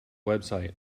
website